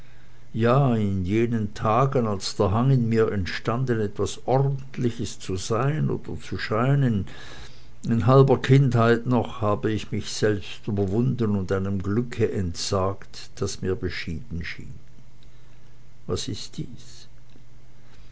ja in jenen tagen als der hang in mir entstanden etwas ordentliches zu sein oder zu scheinen in halber kindheit noch habe ich mich selbst überwunden und einem glück entsagt das mir beschieden schien was ist dies